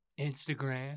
Instagram